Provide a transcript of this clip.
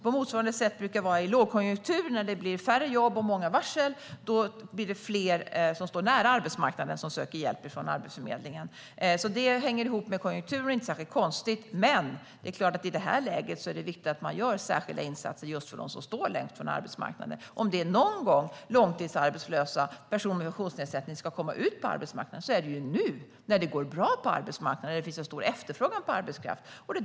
På motsvarande sätt brukar det i lågkonjunktur, när det blir färre jobb och många varsel, bli fler som står nära arbetsmarknaden som söker hjälp från Arbetsförmedlingen. Detta hänger ihop med konjunkturen och är inte särskilt konstigt. Men i det här läget är det såklart viktigt att man gör särskilda insatser just för dem som står längst från arbetsmarknaden. Om det är någon gång som långtidsarbetslösa och personer med funktionsnedsättning ska komma ut på arbetsmarknaden är det nu när det går bra på arbetsmarknaden och det finns en stor efterfrågan på arbetskraft.